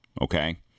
Okay